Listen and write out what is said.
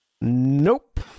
Nope